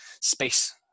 space